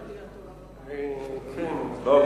לא,